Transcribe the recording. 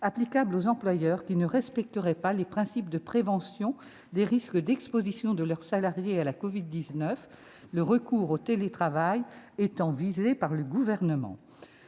applicable aux employeurs qui ne respecteraient pas les principes de prévention des risques d'exposition de leurs salariés à la covid-19, le recours au télétravail étant visé par le Gouvernement.